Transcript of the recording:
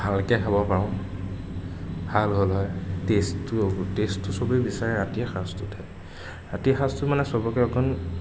ভালকে খাব পাৰো ভাল হ'ল হয় টেষ্টটো টেষ্টটো চবেই বিচাৰে ৰাতিৰ সাঁজটোতহে ৰাতিৰ সাঁজটোত মানে চবকে অকণ